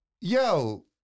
yo